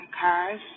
cars